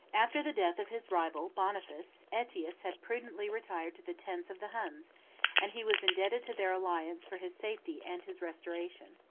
after the death of his rival boniface, aetius had prudently retired to the tents of the huns and he was indebted to their alliance for his safety and his restoration.